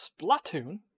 Splatoon